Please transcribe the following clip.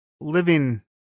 Living